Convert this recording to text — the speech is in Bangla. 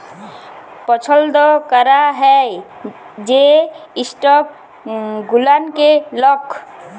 পছল্দ ক্যরা হ্যয় যে ইস্টক গুলানকে লক